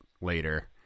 later